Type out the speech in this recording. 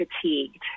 fatigued